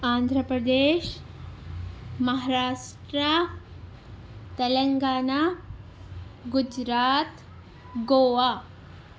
Andhra Pradesh Maharashtra Telangana Gujarat Goa